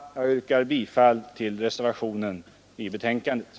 Jag yrkar bifall till reservationen vid betänkandet.